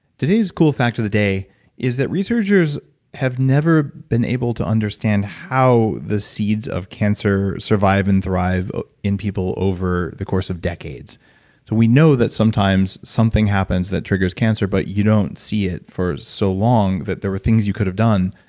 today's cool fact of the day is that researchers have never been able to understand how the seeds of cancer survive and thrive in people over the course of decades. so we know that sometimes something happens that triggers cancer, but you don't see it for so long that there were things you could have done,